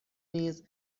نیز